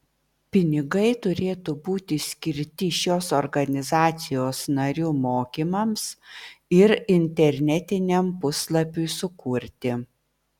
pinigai turėtų būti skirti šios organizacijos narių mokymams ir internetiniam puslapiui sukurti